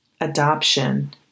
adoption